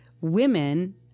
women –